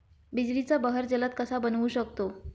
बिजलीचा बहर जलद कसा बनवू शकतो?